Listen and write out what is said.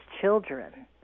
children